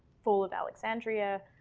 fall of alexandria.